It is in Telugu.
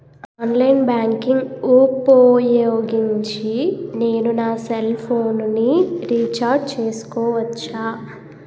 ఆన్లైన్ బ్యాంకింగ్ ఊపోయోగించి నేను నా సెల్ ఫోను ని రీఛార్జ్ చేసుకోవచ్చా?